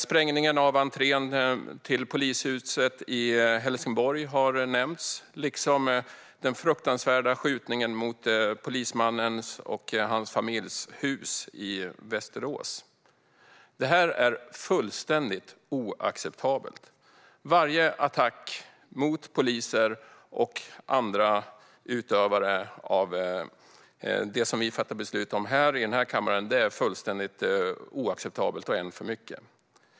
Sprängningen av entrén till polishuset i Helsingborg har nämnts, liksom den fruktansvärda skjutningen mot polismannens och hans familjs hus i Västerås. Detta är fullständigt oacceptabelt. Varje attack mot poliser och andra utövare av det som vi fattar beslut om här i kammaren är fullständigt oacceptabel och en för mycket.